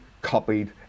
copied